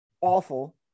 awful